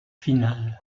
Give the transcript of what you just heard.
finale